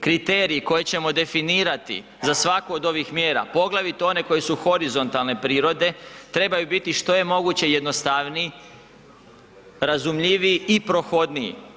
Kriterij koji ćemo definirati za svaku od ovih mjera poglavito one koje su horizontalne prirode trebaju biti što je moguće jednostavniji, razumljiviji i prohodniji.